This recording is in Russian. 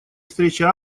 встрече